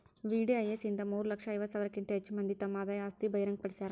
VDIS ಇಂದ ಮೂರ ಲಕ್ಷ ಐವತ್ತ ಸಾವಿರಕ್ಕಿಂತ ಹೆಚ್ ಮಂದಿ ತಮ್ ಆದಾಯ ಆಸ್ತಿ ಬಹಿರಂಗ್ ಪಡ್ಸ್ಯಾರ